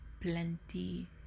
plenty